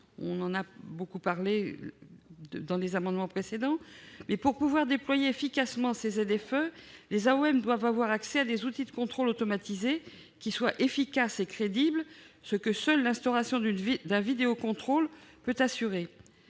de la discussion des amendements précédents. Or, pour pouvoir déployer efficacement ces ZFE, les AOM doivent avoir accès à des outils de contrôle automatisé efficaces et crédibles, ce que seule l'instauration d'un vidéocontrôle peut assurer.